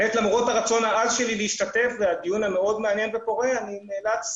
למרות הרצון העז שלי להשתתף והדיון מאוד מעניין ופורה אני נאלץ